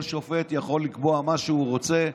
כל שופט יכול לקבוע מה שהוא רוצה,